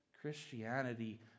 Christianity